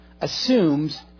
assumes